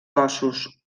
cossos